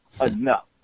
enough